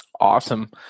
Awesome